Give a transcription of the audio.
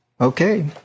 Okay